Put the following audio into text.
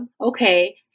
Okay